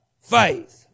faith